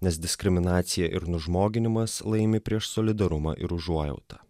nes diskriminacija ir nužmoginimas laimi prieš solidarumą ir užuojautą